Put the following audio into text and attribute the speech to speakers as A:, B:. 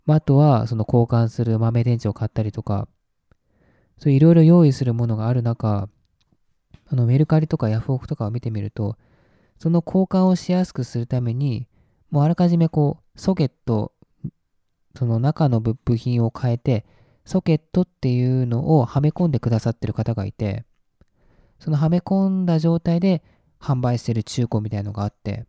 A: あとはその交換する豆電池を買ったりとか、そういう色々用意するものがある中、あのメルカリとかヤフオクとかを見てみると、その交換をしやすくするために、もうあらかじめこうソケット、その中の部- 部品を変えて、ソケットっていうのをはめ込んでくださってる方がいて、そのはめ込んだ状態で販売してる中古みたいのがあって